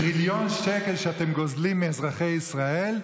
מטריליון שקל שאתם גוזלים מאזרחי ישראל,